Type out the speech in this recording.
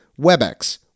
WebEx